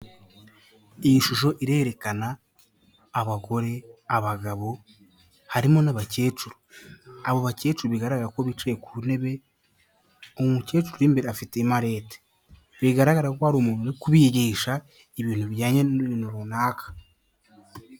Iyi shusho irerekana abagore, abagabo harimo n'abakecuru, abo bakecuru bigaragara ko bicaye ku ntebe, umukecuru afite imarete bigaragara ko hari umuntu uri kubigisha ibintu bijyanye n'ibintu runaka.